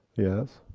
yes?